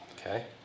Okay